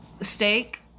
steak